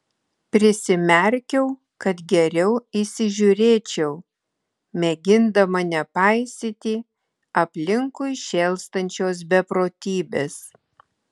prisimerkiau kad geriau įsižiūrėčiau mėgindama nepaisyti aplinkui šėlstančios beprotybės